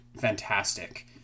fantastic